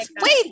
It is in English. wait